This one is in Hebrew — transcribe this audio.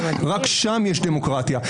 רק שם יש דמוקרטיה.